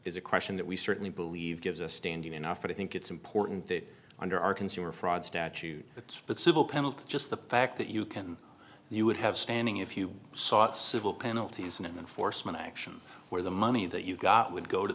is a question that we certainly believe gives a standing enough but i think it's important that under our consumer fraud statute it's but civil penalty just the fact that you can you would have standing if you sought civil penalties in the forstmann action where the money that you got would go to